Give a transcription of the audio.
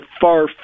far